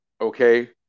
okay